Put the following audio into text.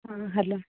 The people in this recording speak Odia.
ହଁ ହ୍ୟାଲୋ